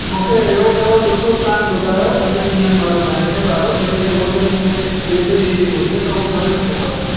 मूंखे अहिड़ो कहिड़ो सुठो प्लान ॿुधायो टीह ॾींहंनि वारो महिने वारो जंहिंमें रोज़ ई मूंखे ॾेढ जी बी हुजे त उहो घणे मूंखे पवंदो